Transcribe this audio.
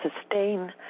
sustain